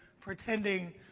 pretending